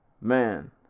Man